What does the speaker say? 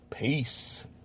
peace